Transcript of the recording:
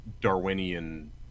Darwinian